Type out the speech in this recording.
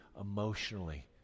emotionally